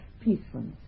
peacefulness